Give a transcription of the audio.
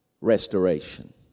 restoration